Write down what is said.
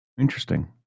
Interesting